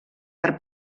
per